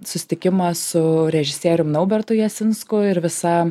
susitikimą su režisierium naubertu jasinsku ir visa